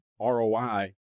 ROI